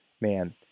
man